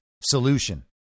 solution